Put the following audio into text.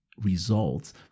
results